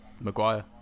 Maguire